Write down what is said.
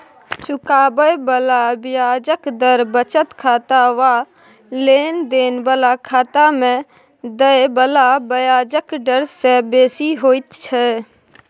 चुकाबे बला ब्याजक दर बचत खाता वा लेन देन बला खाता में देय बला ब्याजक डर से बेसी होइत छै